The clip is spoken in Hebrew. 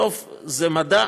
אבל בסוף זה מדע,